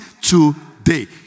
today